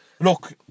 Look